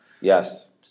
Yes